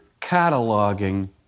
cataloging